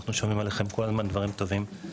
שאנחנו שומעים עליכם כל הזמן דברים טובים.